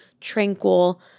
tranquil